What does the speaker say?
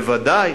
ודאי